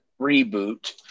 reboot